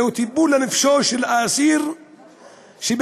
זהו טיפול לנפשו של האסיר שבהכרח